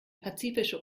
pazifische